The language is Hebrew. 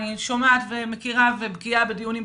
אני שומעת ומכירה ובקיאה בדיונים בכנסת,